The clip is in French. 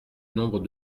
nombre